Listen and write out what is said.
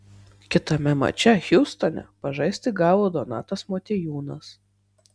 kitame mače hjustone pažaisti gavo donatas motiejūnas